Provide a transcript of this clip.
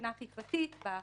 מבחינת החזקה.